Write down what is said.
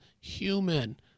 human